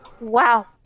Wow